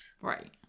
right